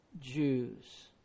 Jews